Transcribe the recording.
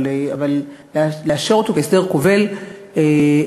אבל לאשר אותו כהסדר כובל חוקי,